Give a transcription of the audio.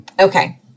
Okay